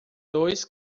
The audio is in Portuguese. dois